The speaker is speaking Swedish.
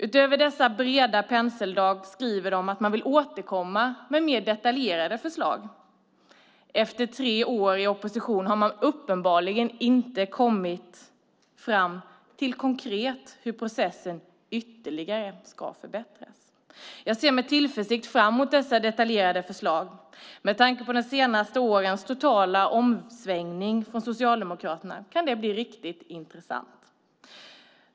Utöver dessa breda penseldrag skriver de att man vill återkomma med mer detaljerade förslag. Efter tre år i opposition har man uppenbarligen inte kommit fram till hur processen konkret ska förbättras ytterligare. Jag ser med tillförsikt fram mot dessa detaljerade förslag. Med tanke på de senaste årens totala omsvängning från Socialdemokraterna kan det bli riktigt intressant.